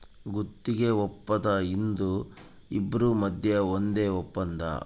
ಗುತ್ತಿಗೆ ವಪ್ಪಂದ ಇದು ಇಬ್ರು ಮದ್ಯ ಒಂದ್ ವಪ್ಪಂದ